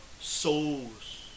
souls